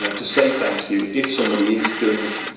so to say thank you if somebody is doing this,